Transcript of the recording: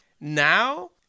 Now